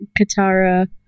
Katara